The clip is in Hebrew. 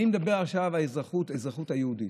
אני מדבר עכשיו על האזרחות היהודית,